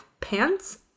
pants